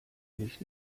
nicht